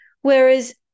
whereas